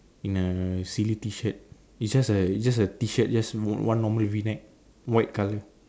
in a silly t shirt it's just a it's just a t shirt just o~ one normal v neck white color